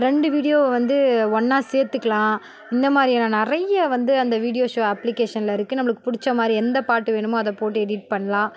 ரெண்டு வீடியோவை வந்து ஒன்றா சேர்த்துக்கலாம் இந்த மாதிரியான நிறைய வந்து அந்த வீடியோ ஷோ அப்ளிக்கேஷனில் இருக்குது நம்மளுக்கு பிடிச்ச மாதிரி எந்தப் பாட்டு வேணுமோ அதைப் போட்டு எடிட் பண்ணலாம்